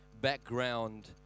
background